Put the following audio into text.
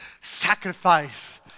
Sacrifice